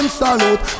salute